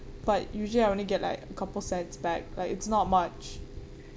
but usually I only get like a couple cents back like it's not much